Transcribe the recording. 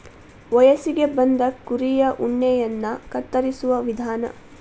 ವಯಸ್ಸಿಗೆ ಬಂದ ಕುರಿಯ ಉಣ್ಣೆಯನ್ನ ಕತ್ತರಿಸುವ ವಿಧಾನ